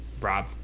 Rob